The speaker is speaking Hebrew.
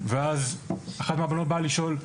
ואז אחת מהבנות באה לשאול.